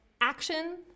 action